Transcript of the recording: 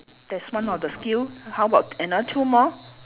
that's one of the skill how about another two more